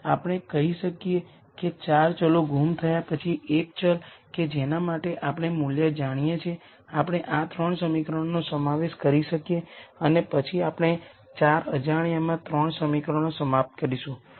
આપણે કહી શકીએ કે 4 વેરીએબલ્સ ગુમ થયા પછી 1 વેરીએબલ કે જેના માટે આપણે મૂલ્ય જાણીએ છીએ આપણે આ 3 સમીકરણોનો સમાવેશ કરી શકીએ અને પછી આપણે 4 અજાણ્યામાં 3 સમીકરણો સમાપ્ત કરીશું